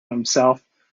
himself